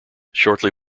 shortly